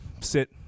sit